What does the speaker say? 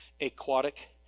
aquatic